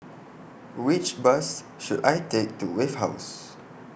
Which Bus should I Take to Wave House